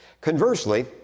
Conversely